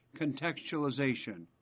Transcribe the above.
contextualization